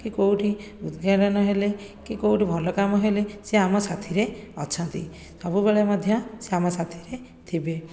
କି କେଉଁଠି ଉଦଘାଟନ ହେଲେ କି କେଉଁଠି ଭଲ କାମ ହେଲେ ସେ ଆମ ସାଥିରେ ଅଛନ୍ତି ସବୁବେଳେ ମଧ୍ୟ ସେ ଆମ ସାଥିରେ ଥିବେ